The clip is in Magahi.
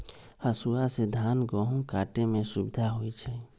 हसुआ से धान गहुम काटे में सुविधा होई छै